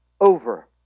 over